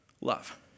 love